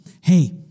hey